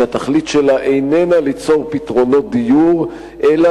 שהתכלית שלה איננה ליצור פתרונות דיור אלא